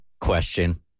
question